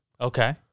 Okay